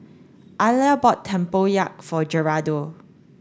Aliya bought Tempoyak for Gerardo